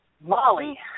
Molly